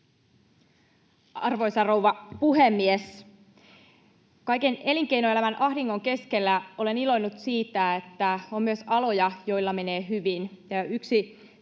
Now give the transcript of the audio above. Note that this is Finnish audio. Arvoisa rouva puhemies! Kaiken elinkeinoelämän ahdingon keskellä olen iloinnut siitä, että on myös aloja, joilla menee hyvin.